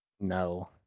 No